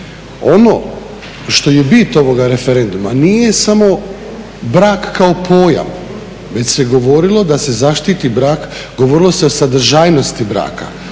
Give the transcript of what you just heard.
Ono što je bit ovoga referenduma nije samo brak kao pojam, već se govorilo da se zaštiti brak, govorilo se o sadržajnosti braka,